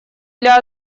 для